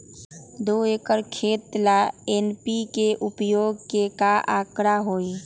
दो एकर खेत ला एन.पी.के उपयोग के का आंकड़ा होई?